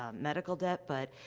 um medical debt, but,